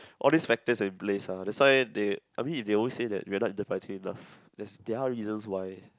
all these factors are in place ah that's why they I mean they always say that we are not in the enterprising enough there's there are reasons why